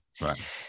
Right